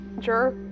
sure